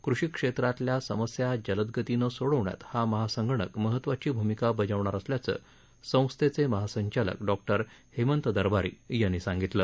कृषी क्षेत्रातल्या समस्या जलदगतीनं सोडवण्यात हा महासंगणक महत्वाची भूमिका बजावणार असल्याचं संस्थेचे महासंचालक डॉक्टर हेमंत दरबारी यांनी सांगितलं